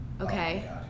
Okay